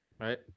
Right